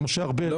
משה ארבל,